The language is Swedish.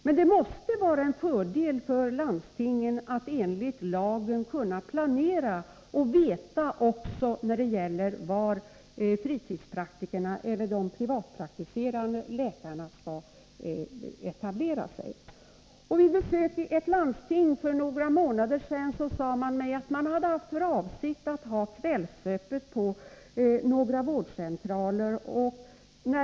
Men det måste vara en fördel för landstingen att kunna planera enligt lagen och även veta var de privatpraktiserande läkarna skall etablera sig. Vid besök i ett landsting för några månader sedan sade man mig att man hade haft för avsikt att ha kvällsöppet på några vårdcentraler.